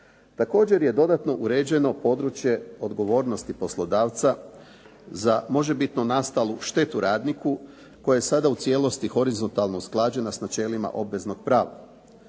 Također je dodatno uređeno područje odgovornosti poslodavca za možebitno nastalu štetu radniku koja je sada u cijelosti horizontalno usklađena sa načelima obveznog prava.